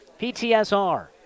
PTSR